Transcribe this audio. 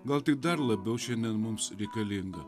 gal tik dar labiau šiandien mums reikalinga